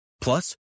Plus